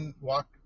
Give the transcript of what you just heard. walk